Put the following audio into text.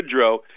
Goodrow